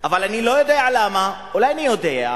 אבל אני לא יודע למה, אולי אני יודע,